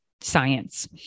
science